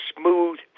smooth